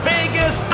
Vegas